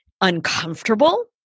uncomfortable